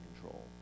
control